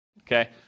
okay